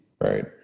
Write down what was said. right